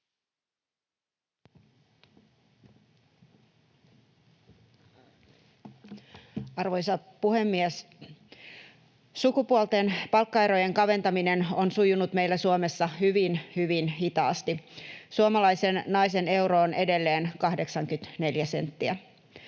Arvoisa puhemies! Sukupuolten palkkaerojen kaventaminen on sujunut meillä Suomessa hyvin hyvin hitaasti. Suomalaisen naisen euro on edelleen 84 senttiä.